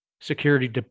security